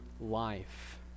life